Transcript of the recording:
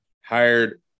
hired